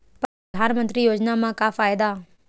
परधानमंतरी योजना म का फायदा?